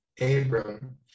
Abram